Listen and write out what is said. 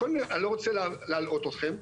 אני לא רוצה להלאות אתכם,